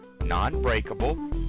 non-breakable